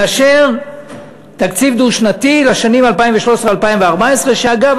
לאשר תקציב דו-שנתי לשנים 2013 2014. ואגב,